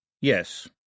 Yes